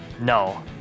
No